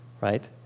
right